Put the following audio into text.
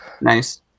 Nice